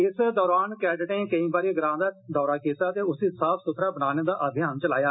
इस दोरान कैडरें केंई बारी ग्रां दा दौरा कीत्ता ते उस्सी साफ सुथरा बनाने दा अभियान चलाया